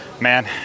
Man